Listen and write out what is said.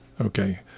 Okay